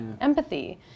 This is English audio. empathy